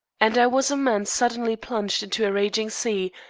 and i was a man suddenly plunged into a raging sea,